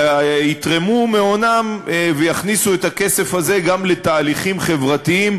אלא יתרמו מהונם ויכניסו את הכסף הזה גם לתהליכים חברתיים,